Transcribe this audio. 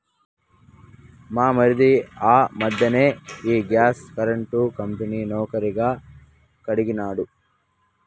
మా మరిది ఆ మధ్దెన ఈ గ్యాస్ కరెంటు కంపెనీ నౌకరీ కడిగినాడు